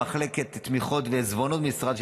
מחלקת תמיכות ועיזבונות במשרד,